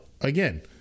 again